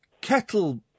kettle